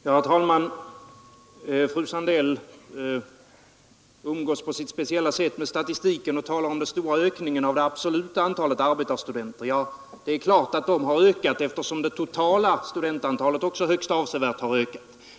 Herr talman! Fröken Sandell umgås på sitt speciella sätt med statistiken och talar om den stora ökningen av det absoluta antalet arbetarstudenter. Det är klart att arbetarstudenterna har ökat eftersom det totala studentantalet också högst avsevärt har ökat.